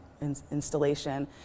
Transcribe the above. installation